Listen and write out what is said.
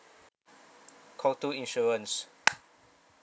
call two insurance